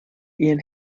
ihren